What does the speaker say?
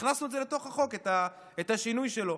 והכנסנו לתוך החוק את השינוי שלו.